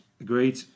Agreed